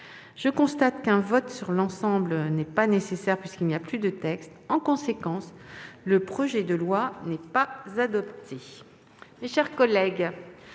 je constate qu'un vote sur l'ensemble n'est pas nécessaire, puisqu'il n'y a plus de texte. En conséquence, le projet de loi de règlement